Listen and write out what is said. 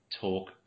talk